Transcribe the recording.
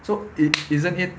so it isn't it